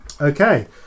okay